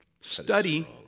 Study